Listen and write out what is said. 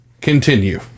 Continue